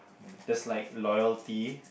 there's like loyalty